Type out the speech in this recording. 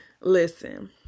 Listen